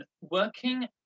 working